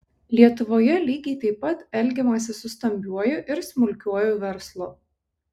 lietuvoje lygiai taip pat elgiamasi su stambiuoju ir smulkiuoju verslu